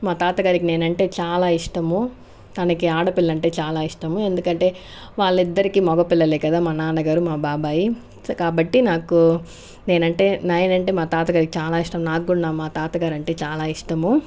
మా తాత గారికి నేనంటే చాలా ఇష్టము తనకి ఆడపిల్లంటే చాలా ఇష్టము ఎందుకంటే వాళ్ళిద్దరికీ మగపిల్లలు కదా మా నాన్నగారు మా బాబాయి సో కాబట్టి నాకు నేనంటే నేనంటే మా తాతగారికి చాలా ఇష్టం నాకు కూడా మా తాతగారు అంటే చాలా ఇష్టము